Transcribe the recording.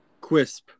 Quisp